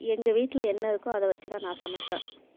எங்கள் வீட்டில் என்ன இருக்கோ அதை வச்சு தான் நான் சமைப்பேன்